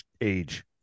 age